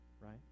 right